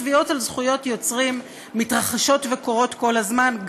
תביעות על זכויות יוצרים מתרחשות וקורות כל הזמן,